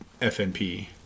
FNP